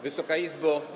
Wysoka Izbo!